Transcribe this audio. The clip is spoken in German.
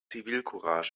zivilcourage